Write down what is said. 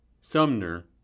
Sumner